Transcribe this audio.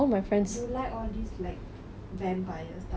you like all these like vampire stuff ah